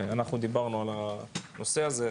אנחנו דיברנו על הנושא הזה,